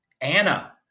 Anna